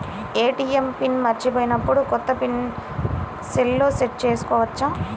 ATM pin మరచిపోయినప్పుడు, కొత్త pin సెల్లో సెట్ చేసుకోవచ్చా?